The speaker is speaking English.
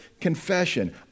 confession